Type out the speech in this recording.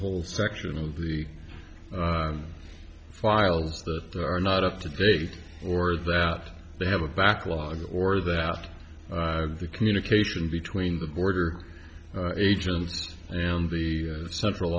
whole section of the files that are not up to date or that they have a backlog or that the communication between the border agents and the central